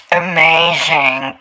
amazing